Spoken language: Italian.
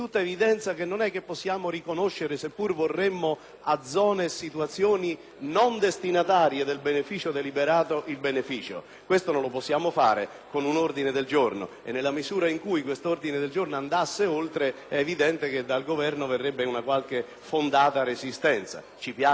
a zone e situazioni non destinatarie del beneficio stesso; questo non lo possiamo fare con un ordine del giorno e nella misura in cui questo ordine del giorno andasse oltre, è evidente che dal Governo verrebbe qualche fondata resistenza, ci piaccia o meno. Se, invece, la finalità è solo quella